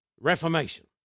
reformation